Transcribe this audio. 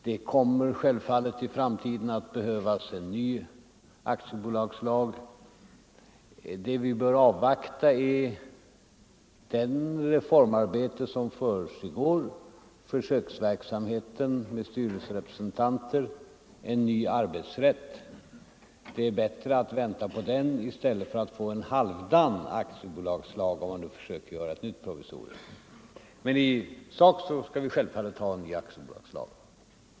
Det kommer självfallet i framtiden att behövas en ny aktiebolagslag. Vad vi bör avvakta är det reformarbete som försiggår, försöksverksamheten med styrelserepresentanter och en ny arbetsrätt. Det är bättre att vänta på detta än att få en halvdan aktiebolagslag om man nu försöker göra ett nytt provisorium. Men i sak skall vi självfallet ha en ny aktiebolagslag.